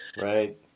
Right